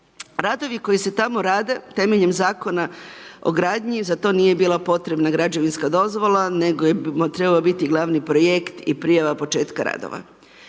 Radovi koji se tamo rade temeljem Zakona o gradnji, za to nije bila potrebna građevinska dozvola nego je trebao biti glavni projekt i prijava početka radova.